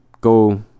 go